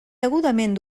degudament